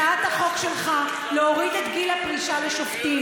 צריך להוריד את גיל הפרישה של השופטים,